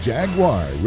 Jaguar